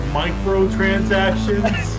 microtransactions